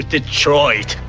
Detroit